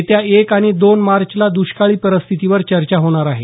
येत्या एक आणि दोन मार्चला दष्काळी परिस्थितीवर चर्चा होणार आहे